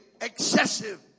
excessive